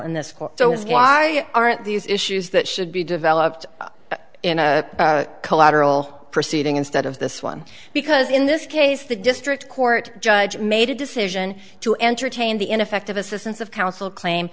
so why aren't these issues that should be developed in a collateral proceeding instead of this one because in this case the district court judge made a decision to entertain the ineffective assistance of counsel claim